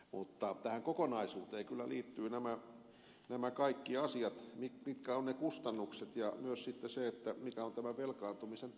mutta tähän kokonaisuuteen kyllä liittyvät nämä kaikki asiat mitkä ovat ne kustannukset ja myös se mikä on tämän velkaantumisen taustalla